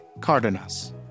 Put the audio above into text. Cardenas